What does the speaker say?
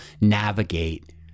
navigate